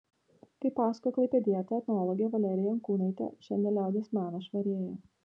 kaip pasakojo klaipėdietė etnologė valerija jankūnaitė šiandien liaudies menas švarėja